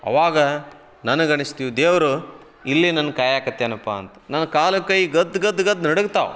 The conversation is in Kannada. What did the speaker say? ಅವಾಗ ನನಗನಿಸ್ತು ದೇವರು ಇಲ್ಲಿ ನನ್ನ ಕಾಯಾಕತ್ಯಾನಪ್ಪಾ ಅಂತ ನನ್ನ ಕಾಲು ಕೈ ಗದ್ ಗದ್ ಗದ್ ನಡಗ್ತಾವ